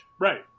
right